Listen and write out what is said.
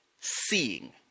seeing